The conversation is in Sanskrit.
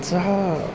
सः